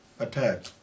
attack